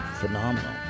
phenomenal